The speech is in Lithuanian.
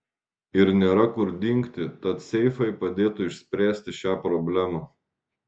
ir nėra kur dingti tad seifai padėtų išspręsti šią problemą